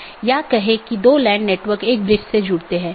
तो यह एक सीधे जुड़े हुए नेटवर्क का परिदृश्य हैं